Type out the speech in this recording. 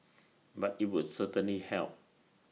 but IT would certainly help